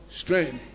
strength